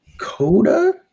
Coda